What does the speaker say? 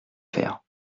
faire